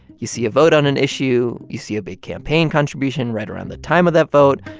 you see a vote on an issue. you see a big campaign contribution right around the time of that vote.